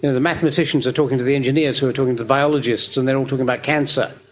the mathematicians are talking to the engineers who are talking to the biologists and they are all talking about cancer.